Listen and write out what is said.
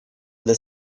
для